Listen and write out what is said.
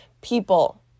people